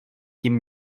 tím